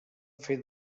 fer